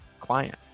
client